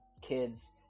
kids